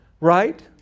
right